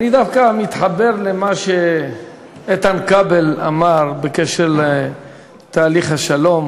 אני דווקא מתחבר למה שאיתן כבל אמר בקשר לתהליך השלום.